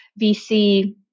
VC